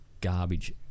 garbage